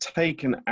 taken